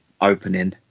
opening